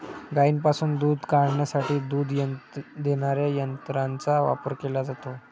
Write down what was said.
गायींपासून दूध काढण्यासाठी दूध देणाऱ्या यंत्रांचा वापर केला जातो